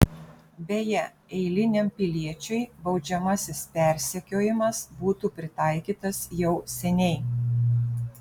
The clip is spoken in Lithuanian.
beje eiliniam piliečiui baudžiamasis persekiojimas būtų pritaikytas jau seniai